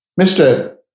Mr